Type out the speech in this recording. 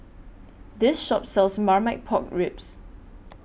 This Shop sells Marmite Pork Ribs